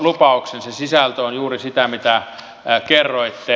se sisältö on juuri sitä mitä kerroitte